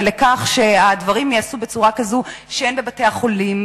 ולכך שהדברים ייעשו בצורה כזאת שהן בבתי-חולים,